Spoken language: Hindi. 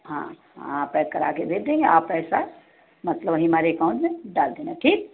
हाँ हाँ पैक कराके दे देंगे आप पैसा मतलब वही हमारे अकाउंट में डाल देना ठीक